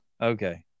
Okay